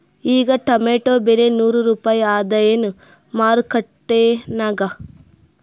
ಈಗಾ ಟೊಮೇಟೊ ಬೆಲೆ ನೂರು ರೂಪಾಯಿ ಅದಾಯೇನ ಮಾರಕೆಟನ್ಯಾಗ?